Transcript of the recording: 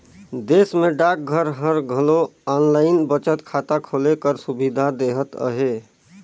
देस में डाकघर हर घलो आनलाईन बचत खाता खोले कर सुबिधा देहत अहे